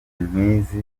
nk’izi